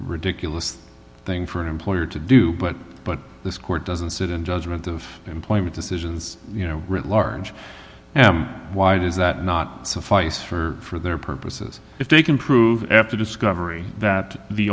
ridiculous thing for an employer to do but but this court doesn't sit in judgment of employment decisions writ large m why does that not suffice for their purposes if they can prove after discovery that the